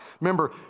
Remember